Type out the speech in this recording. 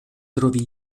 trovi